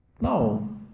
No